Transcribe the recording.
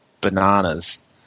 bananas